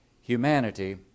humanity